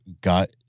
got